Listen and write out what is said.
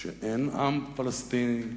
שאין עם פלסטיני,